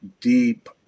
deep